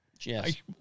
Yes